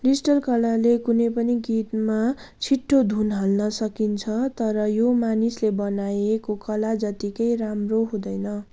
digital कलाले कुनै पनि गीतमा छिट्टो धुन हाल्न सकिन्छ तर यो मानिसले बनाएको कला जत्तिकै राम्रो हुँदैन